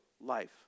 life